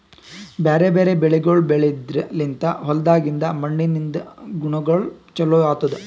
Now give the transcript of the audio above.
ಬ್ಯಾರೆ ಬ್ಯಾರೆ ಬೆಳಿಗೊಳ್ ಬೆಳೆದ್ರ ಲಿಂತ್ ಹೊಲ್ದಾಗಿಂದ್ ಮಣ್ಣಿನಿಂದ ಗುಣಗೊಳ್ ಚೊಲೋ ಆತ್ತುದ್